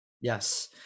Yes